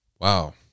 Wow